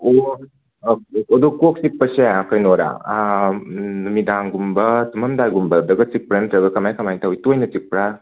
ꯑꯣ ꯑꯗꯣ ꯀꯣꯛꯆꯤꯛꯄꯁꯦ ꯀꯩꯅꯣꯔꯥ ꯅꯨꯃꯤꯗꯥꯡꯒꯨꯝꯕ ꯇꯨꯃꯝꯗꯥꯏꯒꯨꯝꯕꯗꯒ ꯆꯤꯛꯄ꯭ꯔꯥ ꯅꯠꯇ꯭ꯔꯒ ꯀꯃꯥꯏ ꯀꯃꯥꯏ ꯇꯧꯋꯤ ꯇꯣꯏꯅ ꯆꯤꯛꯄ꯭ꯔꯥ